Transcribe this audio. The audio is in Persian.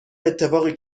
اتفاقی